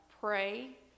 pray